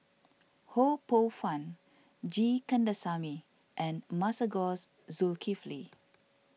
Ho Poh Fun G Kandasamy and Masagos Zulkifli